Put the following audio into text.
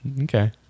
Okay